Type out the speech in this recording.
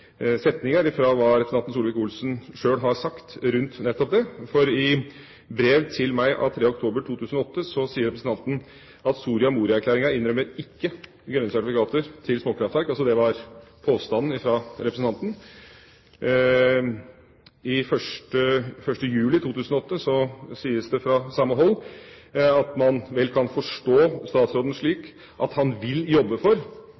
setninger, hva representanten Solvik-Olsen sjøl har sagt rundt nettopp dette. I brev til meg 3. oktober 2008 skriver representanten: «Soria Moria-erklæringen innrømmer ikke grønne sertifikater til småkraftverk.» Det var påstanden fra representanten Solvik-Olsen. Den 1. juli 2008 skrives det fra samme hold: «Kan man ved det forstå statsråden slik at han vil jobbe for